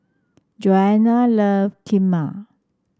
Joanna love Kheema